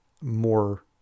more